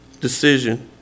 decision